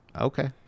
Okay